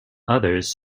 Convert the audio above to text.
others